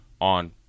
on